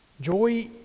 Joy